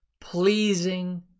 pleasing